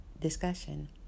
discussion